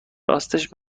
راستش